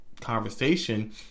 conversation